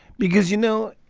because, you know,